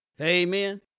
amen